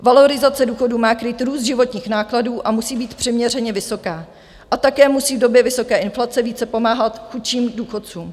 Valorizace důchodů má krýt růst životních nákladů a musí být přiměřeně vysoká a také musí v době vysoké inflace více pomáhat chudším důchodcům.